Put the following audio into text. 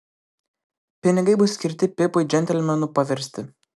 pinigai bus skirti pipui džentelmenu paversti